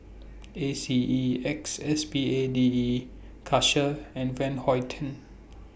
A C E X S P A D E Karcher and Van Houten